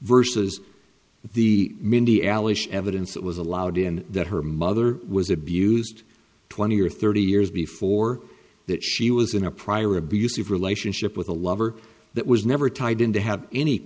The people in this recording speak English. versus the mindy alice evidence that was allowed in that her mother was abused twenty or thirty years before that she was in a prior abusive relationship with a lover that was never tied in to have any